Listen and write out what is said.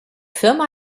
firma